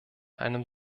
einem